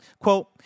Quote